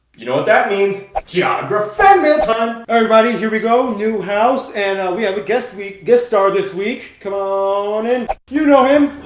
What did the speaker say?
you know what that means geography, huh? everybody. here we go new house and we have a guest we guest star this week. come on, and you know him